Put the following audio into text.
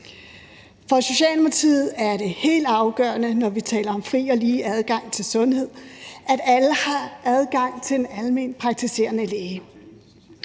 For Socialdemokratiet er det helt afgørende, når vi taler om fri og lige adgang til sundhed, at alle har adgang til en almenpraktiserende læge,